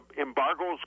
embargoes